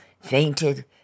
fainted